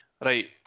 Right